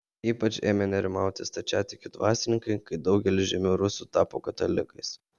ypač ėmė nerimauti stačiatikių dvasininkai kai daugelis žymių rusų tapo katalikais